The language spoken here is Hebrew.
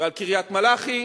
ועל קריית-מלאכי,